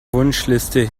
wunschliste